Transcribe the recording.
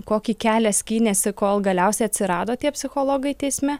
kokį kelią skynėsi kol galiausiai atsirado tie psichologai teisme